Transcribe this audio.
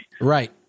right